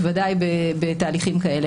בוודאי בתהליכים כאלה,